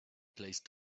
place